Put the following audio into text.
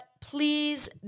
please